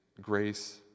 grace